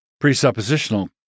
presuppositional